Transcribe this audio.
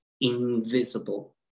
invisible